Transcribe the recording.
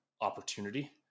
opportunity